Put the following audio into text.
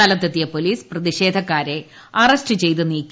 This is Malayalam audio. സ്ഥലത്തെത്തിയ പോലീസ് പ്രതിഷേധക്കാരെ അറസ്റ്റ് ചെയ്ത് നീക്കി